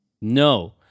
No